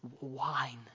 wine